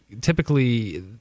typically